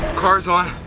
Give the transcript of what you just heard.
car's on,